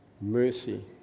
mercy